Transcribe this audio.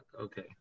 Okay